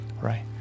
Right